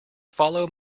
follow